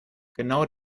genau